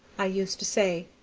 i used to say,